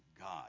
God